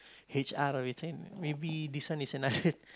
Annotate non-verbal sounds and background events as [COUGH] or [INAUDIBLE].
H_R maybe this one is another [LAUGHS]